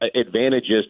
advantages